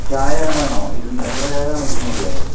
ചായ വേണോ ഇരുന്ന് എത്ര ചായ വേണം ഇരുന്നൂറ് ചായയോ